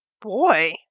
Boy